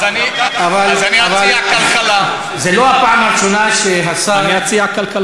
אבל לפי התקנון הוא לא יכול להציע ועדת הפנים.